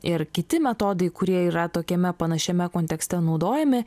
ir kiti metodai kurie yra tokiame panašiame kontekste naudojami